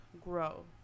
grow